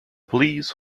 please